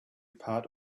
part